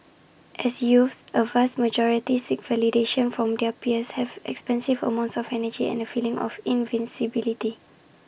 as youths A vast majority seek validation from their peers have expansive amounts of energy and A feeling of invincibility